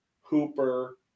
Hooper